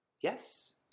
Yes